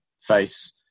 face